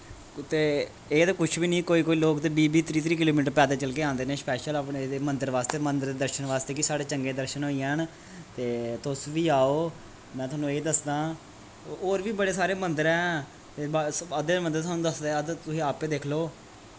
कुतै एह् ते कुछ निं ऐ एह् कोई कोई लोक ते बीह् बीह् त्रीह् त्रीह् किलो मीटर पैदल चलके आंदे न स्पैशल अपने एह्दे मन्दर बास्तै मन्दर दे दर्शन बास्तै कि साढ़े चंगे दर्शन होई जान ते तुस बी आओ में थोआनूं एह् दसदां होर बी बड़े सारे मन्दर ऐ ते बस अद्धे मन्दर थुआनू दसदे अद्धे तुस आपें दिक्ख लो